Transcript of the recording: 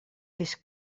fes